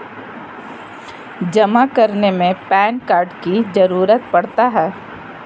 जमा करने में पैन कार्ड की जरूरत पड़ता है?